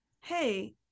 hey